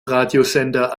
radiosender